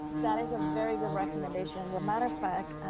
that is a very good recommendation. as a matter of fact,